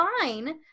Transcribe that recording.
fine